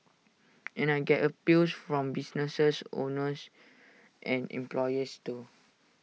and I get appeals from businesses owners and employers too